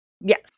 Yes